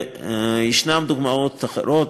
וישנן דוגמאות אחרות.